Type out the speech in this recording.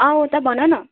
औ हो त भनन